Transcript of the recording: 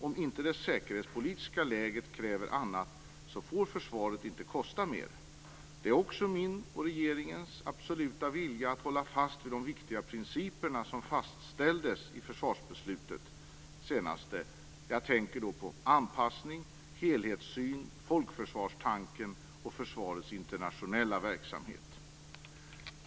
Om inte det säkerhetspolitiska läget kräver annat så får Försvaret inte kosta mer. Det är också min och regeringens absoluta vilja att hålla fast vid de viktiga principerna som fastställdes i det senaste försvarsbeslutet. Jag tänker då på anpassning, helhetssyn, folkförsvarstanken och försvarets internationella verksamhet.